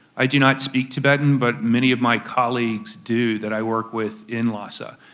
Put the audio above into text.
i do not speak tibetan, but many of my colleagues do that i work with in lhasa,